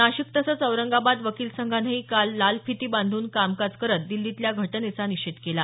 नाशिक तसंच औरंगाबाद वकील संघानंही काल लाल फिती बांधून कामकाज करत दिल्लीतल्या घटनेचा निषेध केला